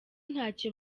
ntacyo